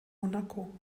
monaco